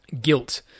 guilt